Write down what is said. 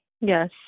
Yes